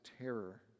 terror